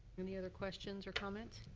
any other questions or comments?